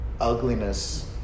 ugliness